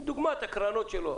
וקחו לדוגמה את הקרנות שלו.